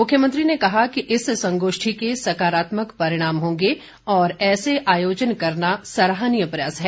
मुख्यमंत्री ने कहा कि इस संगोष्ठी के सकारात्मक परिणाम होंगे और ऐसे आयोजन करना सराहनीय प्रयास है